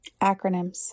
Acronyms